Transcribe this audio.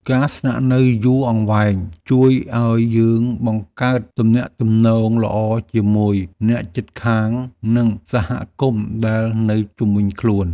ការស្នាក់នៅយូរអង្វែងជួយឱ្យយើងបង្កើតទំនាក់ទំនងល្អជាមួយអ្នកជិតខាងនិងសហគមន៍ដែលនៅជុំវិញខ្លួន។